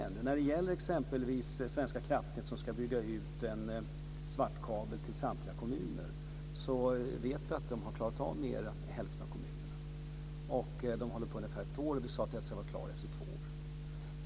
Vad gäller exempelvis Svenska Kraftnät, som ska bygga ut svartkabel till samtliga kommuner, vet vi att mer än hälften av kommunerna har klarats. Man har hållit på med detta ungefär ett år, och vi har sagt att det ska vara klart efter två år.